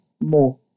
more